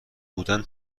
بودن